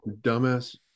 Dumbass